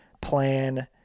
plan